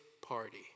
party